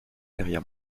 derrière